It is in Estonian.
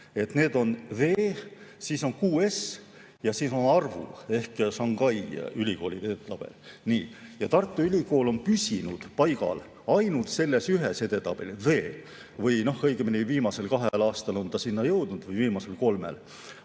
Need on THE, siis on QS ja siis on ARWU ehk Shanghai ülikoolide edetabel. Nii, ja Tartu Ülikool on püsinud paigal ainult selles ühes edetabelis, THE, või õigemini viimasel kahel aastal on ta sinna jõudnud, või viimasel kolmel,